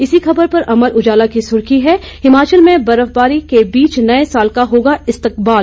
इसी खबर पर अमर उजाला की सुर्खी है हिमाचल में बर्फबारी के बीच नए साल का होगा इस्तकबाल